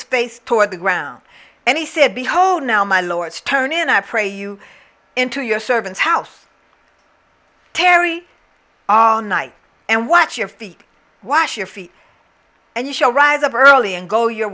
face toward the ground and he said behold now my lords turn in i pray you into your servants house tarry all night and watch your feet wash your feet and you shall rise up early and go your